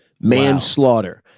Manslaughter